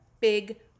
big